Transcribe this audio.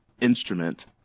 instrument